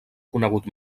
conegut